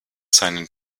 seinen